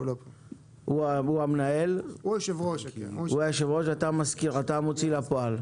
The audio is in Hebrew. הוא היושב-ראש ואתה המזכיר, אתה המוציא אל הפועל.